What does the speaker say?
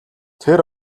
тэр